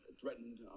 threatened